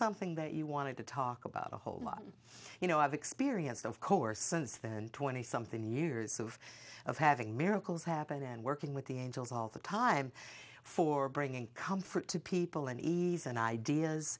something that you wanted to talk about a whole lot you know i've experienced of course since then twenty something years of of having miracles happen and working with the angels all the time for bringing comfort to people and ease and ideas